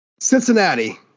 Cincinnati